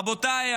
רבותיי,